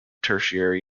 tertiary